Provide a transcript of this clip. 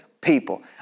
people